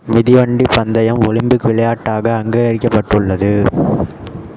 மிதிவண்டி பந்தயம் ஒலிம்பிக் விளையாட்டாக அங்கீகரிக்கப்பட்டுள்ளது